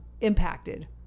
impacted